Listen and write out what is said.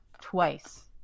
twice